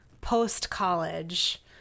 post-college